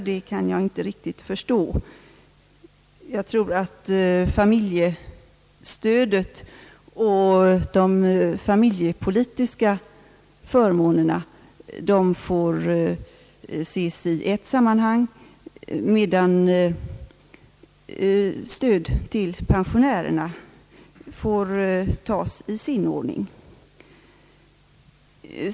Jag tror att familjestödet och de familjepolitiska förmånerna får ses i ett sammanhang, medan stödet till pensionärerna får tas i sin ordning.